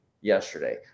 yesterday